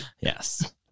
Yes